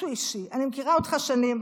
אני מכירה אותך שנים,